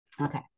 Okay